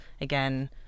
again